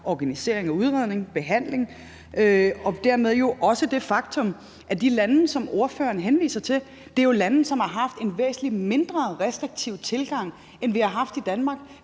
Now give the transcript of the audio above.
organisering og udredning og behandling, og dermed er der også det faktum, at de lande, som ordføreren henviser til, jo er lande, som har haft en væsentlig mindre restriktiv tilgang, end vi har haft i Danmark.